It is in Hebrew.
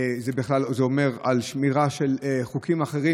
זה מעיד על שמירה של חוקים אחרים,